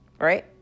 right